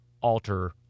alter